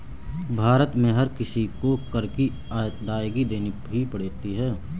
भारत में हर किसी को कर की अदायगी देनी ही पड़ती है